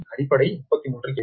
அடிப்படை 33 KV